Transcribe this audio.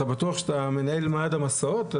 אתה בטוח שאתה מנהל מה"ד המסעות?